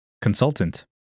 consultant